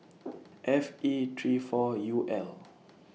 F E three four U L